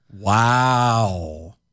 Wow